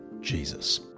Jesus